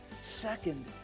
Second